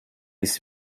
ist